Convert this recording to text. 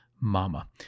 mama